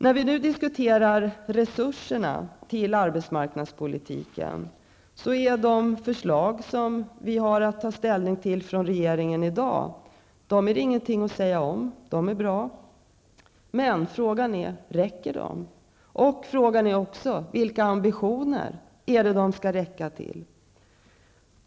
När vi nu diskuterar resurserna till arbetsmarknadspolitiken är det ingenting att säga om de förslag för regeringen som vi i dag har att ta ställning till -- de är bra. Men frågan är: Räcker det? Frågan är också: Vilka ambitioner är det de skall räcka till?